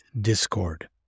Discord